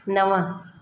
नव